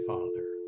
Father